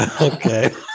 Okay